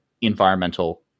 environmental